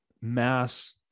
mass